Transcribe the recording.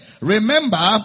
remember